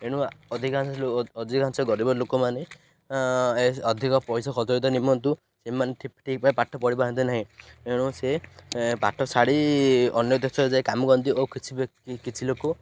ଏଣୁ ଅଧିକାଂଶ ଅଧିକାଂଶ ଗରିବ ଲୋକମାନେ ଅଧିକ ପଇସା ଖର୍ଚ୍ଚ ସେମାନେ ଠିକ୍ ଠିକ୍ ଭାବେ ପାଠ ପଢ଼ିପାରନ୍ତି ନାହିଁ ଏଣୁ ସେ ପାଠ ଛାଡି ଅନ୍ୟ ଦେଶରେ ଯାଇ କାମ କରନ୍ତି ଓ କିଛି ବ୍ୟକ୍ତି କିଛି ଲୋକ